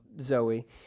Zoe